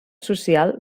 social